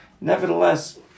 nevertheless